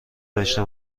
داشته